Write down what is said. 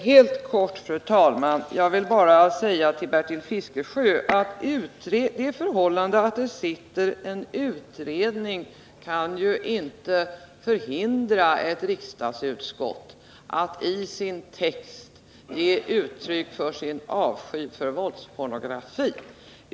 Helt kort, fru talman! Jag vill bara säga till Bertil Fiskesjö att det förhållandet att en utredning pågår ju inte kan hindra ett riksdagsutskott från att i betänkandet ge uttryck för sin avsky för våldspornografi.